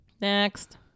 Next